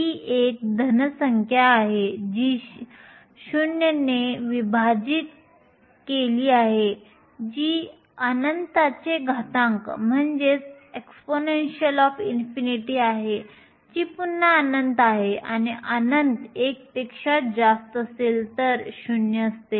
तर ही एक धन संख्या आहे जी 0 ने विभाजित केली आहे जी अनंताचे घातांक आहे जी पुन्हा अनंत आहे आणि अनंत 1 पेक्षा जास्त असेल तर 0 असते